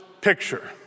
picture